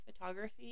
photography